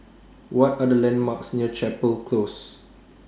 What Are The landmarks near Chapel Close